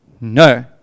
no